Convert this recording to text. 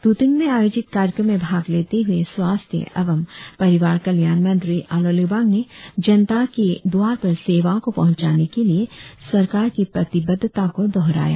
तुतिंग में आयोजित कार्यक्रम में भाग लेते हुए स्वास्थ्य एवं परिवार कल्याण मंत्री आलो लिबांग ने जनता के द्वार पर सेवाओं को पहुंचाने के लिए सरकार की प्रतिबद्दता को दोहराया